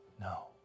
No